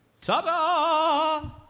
Ta-da